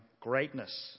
greatness